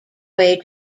way